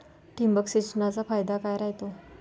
ठिबक सिंचनचा फायदा काय राह्यतो?